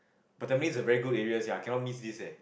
but Tampines a very good area sia cannot miss this leh